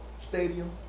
stadium